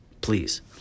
Please